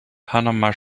panama